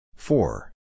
Four